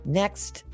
next